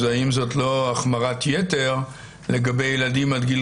אז האם זו לא החמרת ייתר לגבי ילדים עד גיל